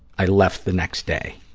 i left the next day.